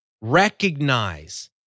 Recognize